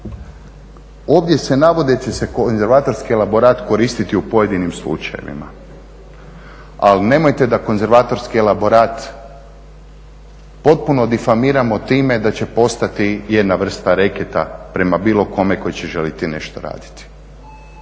Ovdje se navodi da će se konzervatorski elaborat koristiti u pojedinim slučajevima, ali nemojte da konzervatorski elaborat potpuno difamiramo time da će postati jedna vrsta reketa prema bilo kome tko će želiti nešto raditi.